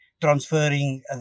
transferring